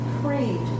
prayed